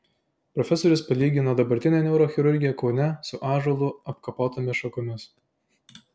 profesorius palygino dabartinę neurochirurgiją kaune su ąžuolu apkapotomis šakomis